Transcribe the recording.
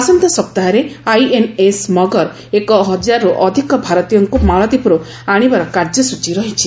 ଆସନ୍ତା ସପ୍ତାହରେ ଆଇଏନ୍ଏସ୍ ମଗର ଏକହଜାରରୁ ଅଧିକ ଭାରତୀୟଙ୍କୁ ମାଳଦ୍ୱୀପରୁ ଆଶିବାର କାର୍ଯ୍ୟସୂଚୀ ରହିଛି